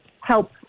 help